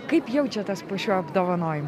kaip jaučiatės po šių apdovanojimų